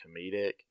comedic